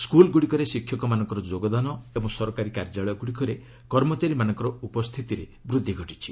ସ୍କୁଲଗୁଡ଼ିକରେ ଶିକ୍ଷକମାନଙ୍କର ଯୋଗଦାନ ଏବଂ ସରକାରୀ କାର୍ଯ୍ୟାଳୟଗୁଡ଼ିକରେ କର୍ମଚାରୀମାନଙ୍କର ଉପସ୍ଥିତିରେ ବୃଦ୍ଧି ଘଟିଛି